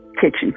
kitchen